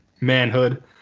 manhood